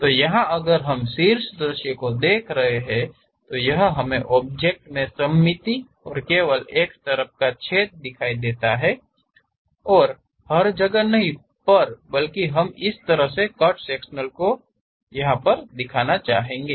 तो यहाँ अगर हम शीर्ष दृश्य को देख रहे हैं तो यह हमे ऑब्जेक्ट मे सममित और केवल एक तरफ का छेद दिखाई देता है हर जगह नहीं पर नहीं बल्कि हम इस तरह के कट सेक्शनल दृश्य दिखाना चाहेंगे